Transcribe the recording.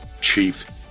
chief